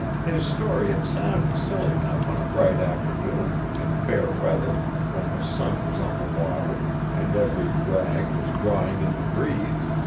his story had sounded silly enough on a bright afternoon, in fair weather, when the sun was on the water, and every rag was drawing in the breeze,